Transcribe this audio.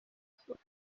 خورد